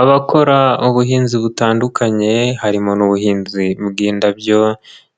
Abakora ubuhinzi butandukanye, harimo n'ubuhinzi bw'indabyo,